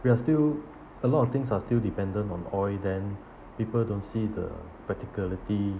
we are still a lot of things are still dependent on oil then people don't see the practicality